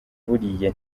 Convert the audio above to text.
buriya